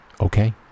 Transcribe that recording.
okay